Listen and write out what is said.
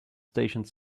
stationed